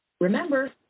Remember